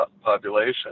population